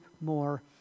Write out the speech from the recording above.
more